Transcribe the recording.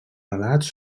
relats